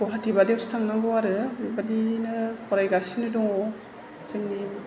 गुवाहाटी बादियावसो थांनांगौ आरो बेबायदिनो फरायगासिनो दङ जोंनि